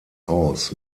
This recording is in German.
aus